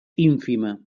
ínfima